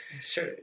sure